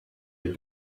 had